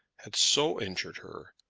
had so injured her,